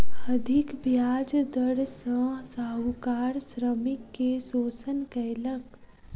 अधिक ब्याज दर सॅ साहूकार श्रमिक के शोषण कयलक